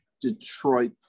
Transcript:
Detroit